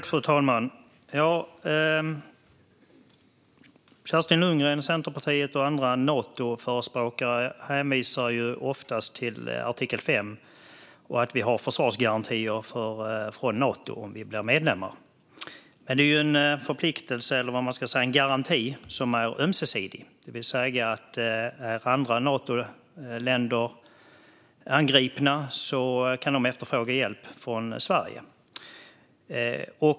Fru talman! Kerstin Lundgren, Centerpartiet, och andra Natoförespråkare hänvisar ofta till artikel 5 och att vi har försvarsgarantier från Nato om vi blir medlemmar. Men det är ju en garanti som är ömsesidig, det vill säga att om andra Natoländer blir angripna kan de efterfråga hjälp från Sverige.